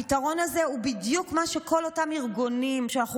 הפתרון הזה הוא בדיוק מה שכל אותם ארגונים שאנחנו